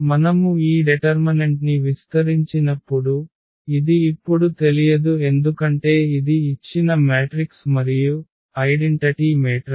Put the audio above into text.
మనము ఈ డెటర్మనెంట్ని విస్తరించినప్పుడు ఇది ఇప్పుడు తెలియదు ఎందుకంటే ఇది ఇచ్చిన మ్యాట్రిక్స్ మరియు ఐడెంటిటీ మాతృక